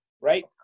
right